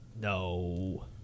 No